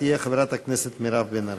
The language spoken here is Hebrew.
תהיה חברת הכנסת מירב בן ארי.